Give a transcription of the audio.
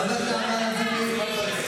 חבר הכנסת מאיר כהן, בבקשה.